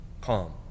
calm